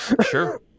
sure